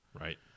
Right